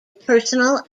personal